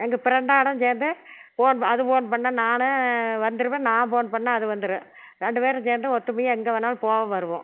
எங்கள் ப்ரெண்டோட சேர்ந்து ஃபோன் அது ஃபோன் பண்ணா நான் வந்துருவேன் நான் ஃபோன் பண்ணால் அது வந்துரும் ரெண்டு பேரும் சேர்ந்து ஒத்துமையாக எங்கே வேணாலும் போவோம் வருவோம்